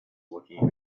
looking